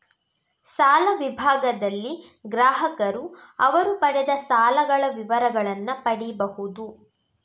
ಸಾಲ ವಿಭಾಗದಲ್ಲಿ ಗ್ರಾಹಕರು ಅವರು ಪಡೆದ ಸಾಲಗಳ ವಿವರಗಳನ್ನ ಪಡೀಬಹುದು